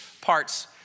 parts